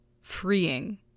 freeing